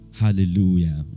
Hallelujah